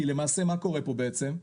כי למעשה מה קורה פה בעצם?